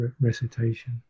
recitation